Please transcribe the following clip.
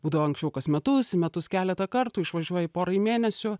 būdavo anksčiau kas metus į metus keletą kartų išvažiuoji porai mėnesių